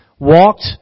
walked